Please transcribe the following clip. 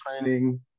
training